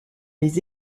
les